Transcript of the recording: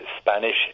Spanish